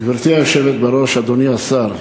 גברתי היושבת בראש, אדוני השר,